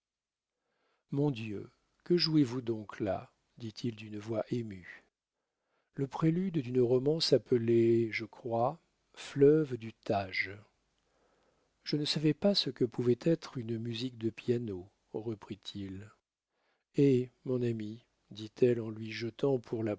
mon dieu que jouez-vous donc là dit-il d'une voix émue le prélude d'une romance appelée je crois fleuve du tage je ne savais pas ce que pouvait être une musique de piano reprit-il hé mon ami dit-elle en lui jetant pour